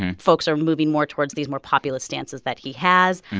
folks are moving more towards these more populist stances that he has.